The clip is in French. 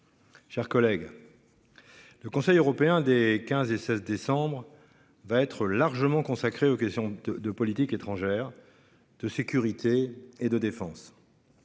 Chers collègues. Le Conseil européen des 15 et 16 décembre va être largement consacré aux questions de politique étrangère de sécurité et de défense.